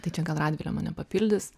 tai čia gal radvilė mane papildys